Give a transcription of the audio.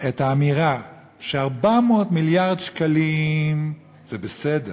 את האמירה ש-400 מיליארד שקלים זה בסדר,